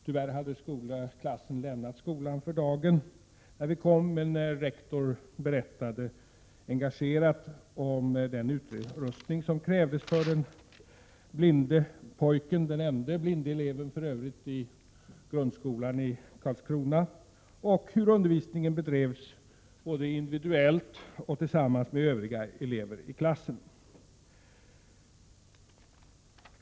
Tyvärr hade klassen lämnat skolan för dagen när vi kom, men rektor berättade engagerat om den utrustning som krävdes för den blinde pojken — för övrigt den ende blinde eleven i grundskolan i Karlskrona — och hur undervisningen bedrevs både individuellt och tillsammans med övriga elever i klassen.